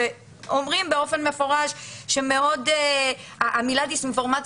שאומרים באופן מפורש שהמילה דיס-אינפורמציה